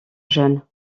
jaune